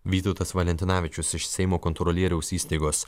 vytautas valentinavičius iš seimo kontrolieriaus įstaigos